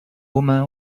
woman